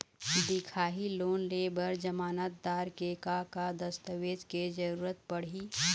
दिखाही लोन ले बर जमानतदार के का का दस्तावेज के जरूरत पड़ही?